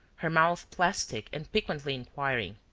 her mouth plastic and piquantly inquiring.